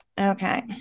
Okay